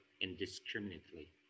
indiscriminately